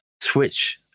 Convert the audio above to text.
switch